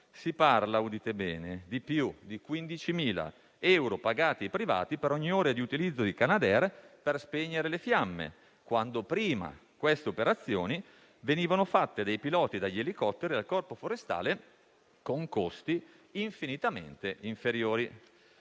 si parla - udite bene! - di più di 15.000 euro pagati ai privati per ogni ora di utilizzo dei Canadair per spegnere le fiamme, quando prima queste operazioni venivano eseguite dai piloti e dagli elicotteri del Corpo forestale dello Stato, con costi infinitamente inferiori.